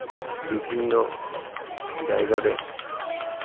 ᱵᱤᱵᱷᱤᱱᱱᱚ ᱡᱟᱭᱜᱟ ᱨᱮ